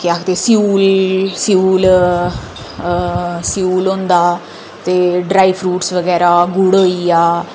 केह् आखदे उसी स्यूल हां स्यूल होंदा ते ड्राई फ्रूट बगैरा गुड़ होई गेआ